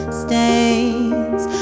stains